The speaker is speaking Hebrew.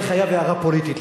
אני חייב הערה פוליטית,